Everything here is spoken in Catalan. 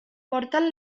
porten